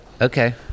Okay